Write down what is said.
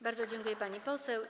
Bardzo dziękuję, pani poseł.